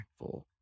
impactful